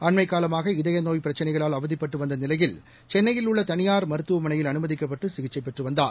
அண்மைக் காலமாக இதயநோய் பிரச்சினைகளால் அவதிப்பட்டுவந்தநிலையில் சென்னையில் உள்ளதனியார் மருத்துவமனையில் அனுமதிக்கப்பட்டு சிகிச்சைபெற்றுவந்தார்